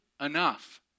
enough